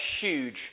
huge